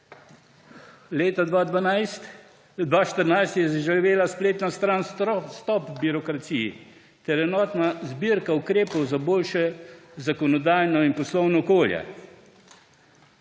Leta 2014 je zaživela spletna stran Stop birokraciji, ter enotna zbirka ukrepov za boljše zakonodajno in poslovno okolje.